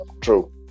true